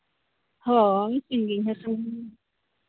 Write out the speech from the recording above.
ᱦᱳᱭ